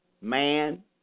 man